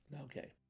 Okay